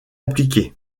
appliqué